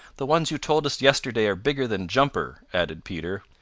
the ones you told us yesterday are bigger than jumper, added peter.